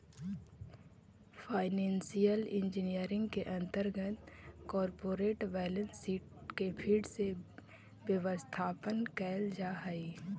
financial engineering के अंतर्गत corporate balance sheet के फिर से व्यवस्थापन कैल जा हई